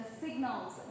signals